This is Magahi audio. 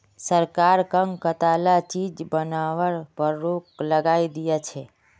सरकार कं कताला चीज बनावार पर रोक लगइं दिया छे